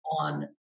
on